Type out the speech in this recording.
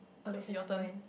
oh this is mine